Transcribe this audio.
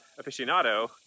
aficionado